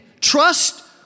trust